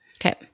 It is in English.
Okay